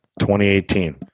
2018